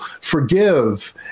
forgive